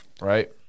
right